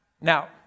Now